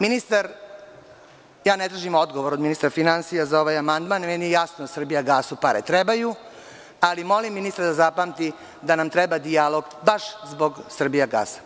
Ministar, ja ne tražim odgovor od ministra finansija za ovaj amandman, meni je jasno, „Srbijagasu“ pare trebaju, ali molim ministra da zapamti da nam treba dijalog zbog „Srbijagasa“